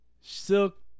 silk